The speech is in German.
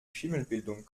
schimmelbildung